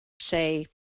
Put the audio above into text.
say